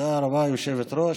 תודה רבה, היושבת-ראש.